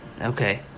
Okay